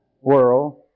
world